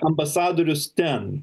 ambasadorius ten